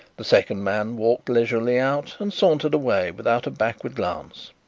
the second man walked leisurely out and sauntered away without a backward glance.